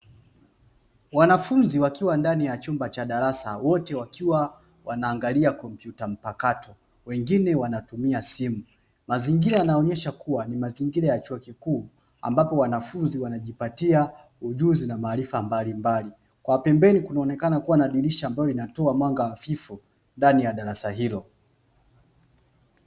Wanafunzi wakiwa ndani ya chumba cha darasa wote wakiwa wanaangalia kompyuta mpakato wengine wanatumia simu, mazingira yanaonyesha kuwa ni mazingira ya chuo kikuu ambapo wanafunzi wanajipatia ujuzi na maarifa mbalimbali, kwa pembeni kunaonekana kuwa na dirisha ambalo linatoa mwanga hafifu ndani ya darasa hilo.